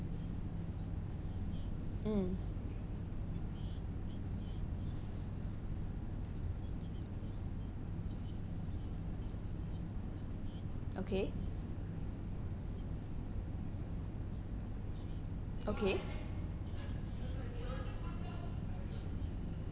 mm okay okay